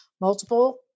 multiple